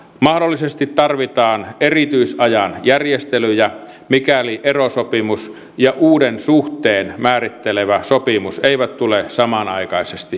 mahdollisesti tarvitaan erityisajan järjestelyjä mikäli erosopimus ja uuden suhteen määrittelevä sopimus eivät tule samanaikaisesti voimaan